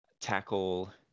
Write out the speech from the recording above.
tackle